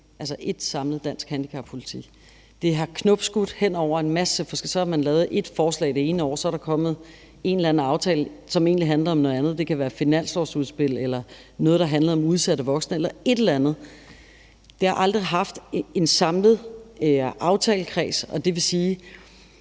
være én samlet dansk handicappolitik. Det har knopskudt hen over en masse forskellige ting. Så har man lavet et forslag det ene år, og så er der kommet en eller anden aftale, som egentlig handlede om noget andet, og det kunne være et finanslovsudspil eller noget, der handlede om udsatte voksne, eller et eller andet. Det har aldrig haft en samlet aftalekreds, og det vil sige,